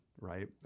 right